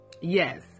Yes